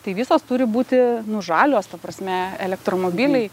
tai visos turi būti nu žalios ta prasme elektromobiliai